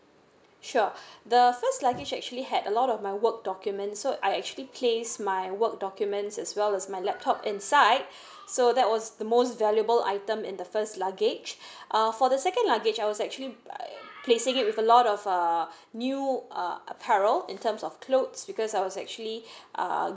sure the first luggage actually had a lot of my work documents so I actually place my work documents as well as my laptop inside so that was the most valuable item in the first luggage uh for the second luggage I was actually placing it with a lot of err new err apparel in terms of clothes because I was actually uh